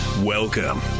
Welcome